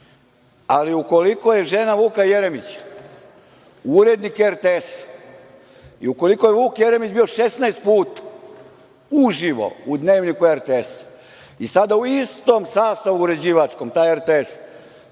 ali ukoliko je žena Vuka Jeremića urednik RTS i ukoliko je Vuk Jeremić bio 16 puta uživo u dnevniku RTS i sada u istom sastavu uređivačkom taj RTS,